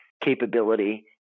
capability